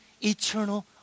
eternal